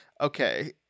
Okay